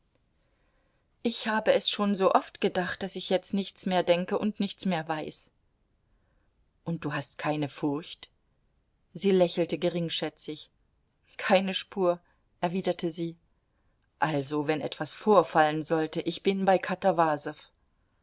ich habe es schon so oft gedacht daß ich jetzt nichts mehr denke und nichts mehr weiß und du hast keine furcht sie lächelte geringschätzig keine spur erwiderte sie also wenn etwas vorfallen sollte ich bin bei